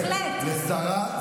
איך שאתה מדבר,